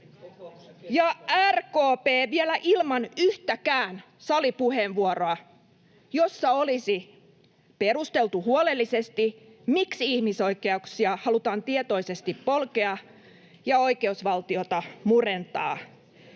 RKP vielä ilman yhtäkään salipuheenvuoroa, jossa olisi perusteltu huolellisesti, miksi ihmisoikeuksia halutaan tietoisesti polkea ja oikeusvaltiota murentaa.